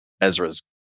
Ezra's